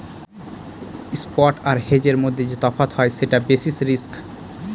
spot আর হেজের মধ্যে যে তফাৎ হয় সেটা বেসিস রিস্ক